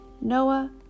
Noah